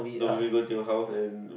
don't make me go to your house and